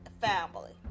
family